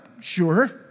sure